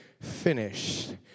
finished